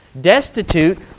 destitute